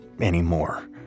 anymore